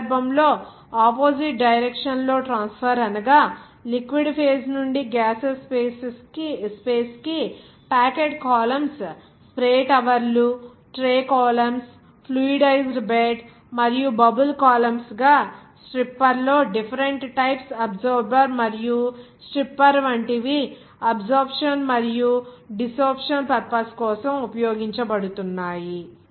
ఈ సందర్భంలో opposite direction లో ట్రాన్స్ఫర్ అనగా లిక్విడ్ ఫేజ్ నుండి గ్యాసెస్ స్పేస్ కి ప్యాకెడ్ కాలమ్స్ స్ప్రే టవర్లు ట్రే కాలమ్స్ ఫ్లూయిడైజ్డ్ బెడ్ మరియు బబుల్ కాలమ్స్ గా స్ట్రిప్పర్లో డిఫరెంట్ టైప్స్ అబ్సోర్బర్ మరియు స్ట్రిప్పర్ వంటివి అబ్సోర్ప్షన్ మరియు డిసోర్ప్షన్ పర్పస్ కోసం ఉపయోగించబడుతున్నాయి